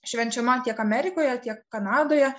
švenčiama tiek amerikoje tiek kanadoje